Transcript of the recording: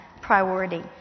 priority